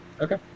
Okay